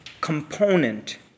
component